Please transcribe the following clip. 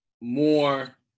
more